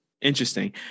Interesting